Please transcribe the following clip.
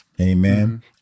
amen